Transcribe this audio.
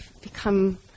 become